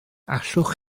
allwch